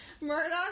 Murdoch